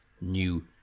new